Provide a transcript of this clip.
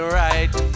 right